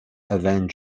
wearing